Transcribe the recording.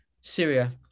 Syria